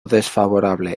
desfavorable